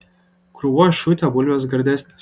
krūvoj šutę bulvės gardesnės